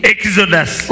Exodus